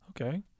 Okay